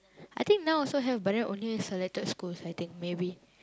I think now also have but then only selected schools I think maybe